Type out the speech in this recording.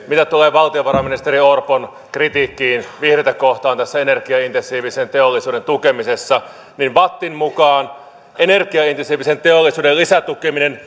mitä tulee valtiovarainministeri orpon kritiikkiin vihreitä kohtaan tässä energiaintensiivisen teollisuuden tukemisessa niin vattin mukaan energiaintensiivisen teollisuuden lisätukeminen